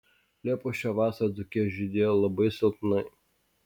liepos šią vasarą dzūkijoje žydėjo labai silpnai